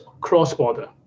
cross-border